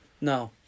No